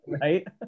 Right